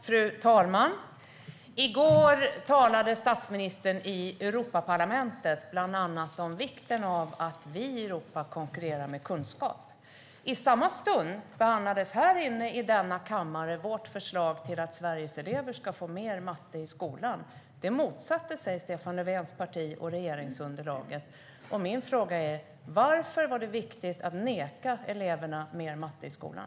Fru talman! I går talade statsministern i Europaparlamentet, bland annat om vikten av att vi i Europa konkurrerar med kunskap. I samma stund behandlades i denna kammare vårt förslag till att Sveriges elever ska få mer matte i skolan. Det motsatte sig Stefan Löfvens parti och regeringsunderlaget. Min fråga är: Varför var det viktigt att neka eleverna mer matte i skolan?